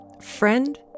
friend